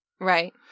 Right